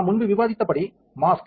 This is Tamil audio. நாம் முன்பு விவாதித்தபடி மாஸ்க்